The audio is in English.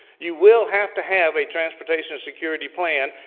you will have to have a transportation security plan.